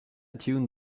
tune